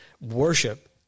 worship